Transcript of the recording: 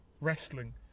Wrestling